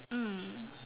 mm